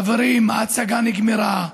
חברים, ההצגה נגמרה.